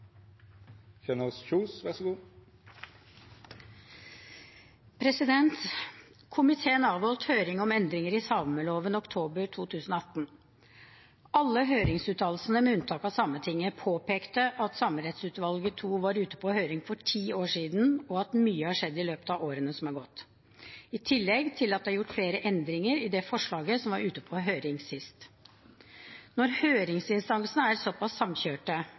Komiteen avholdt høring om endringer i sameloven i oktober 2018. Alle høringsuttalelsene, med unntak av Sametingets, påpekte at Samerettsutvalget 2 var ute på høring for ti år siden, og at mye har skjedd i løpet av årene som har gått, i tillegg til at det er gjort flere endringer i det forslaget som var ute på høring sist. Når høringsinstansene er såpass samkjørte,